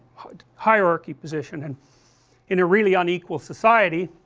but hierarchy position, and in a really unequal society,